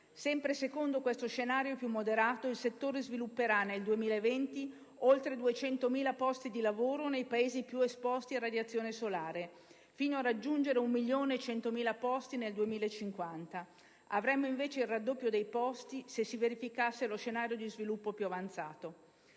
Sempre secondo questo scenario più moderato, il settore svilupperà nel 2020 oltre 200.000 posti di lavoro nei Paesi più esposti a radiazione solare, fino a raggiungere 1.100.000 posti nel 2050. Avremmo invece il raddoppio dei posti se si verificasse lo scenario di sviluppo più avanzato.